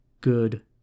good